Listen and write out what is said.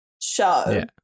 show